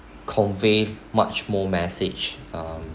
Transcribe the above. convey much more message um